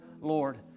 Lord